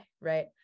right